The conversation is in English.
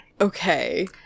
Okay